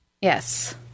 Yes